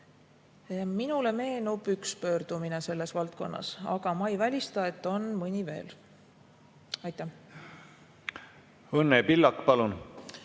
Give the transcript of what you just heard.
Minule meenub üks pöördumine selles valdkonnas, aga ma ei välista, et on mõni veel. Õnne Pillak, palun!